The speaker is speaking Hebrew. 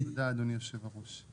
מעולה, תודה אדוני יושב הראש.